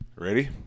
Ready